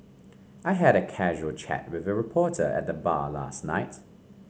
I had a casual chat with a reporter at the bar last night